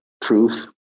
proof